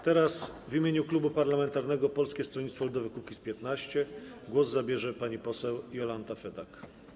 Teraz w imieniu klubu parlamentarnego Polskie Stronnictwo Ludowe - Kukiz15 głos zabierze pani poseł Jolanta Fedak.